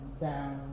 down